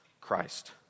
Christ